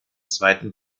zweiten